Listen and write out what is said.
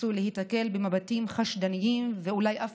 עשוי להיתקל במבטים חשדניים ואולי אף